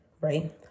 right